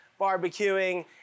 barbecuing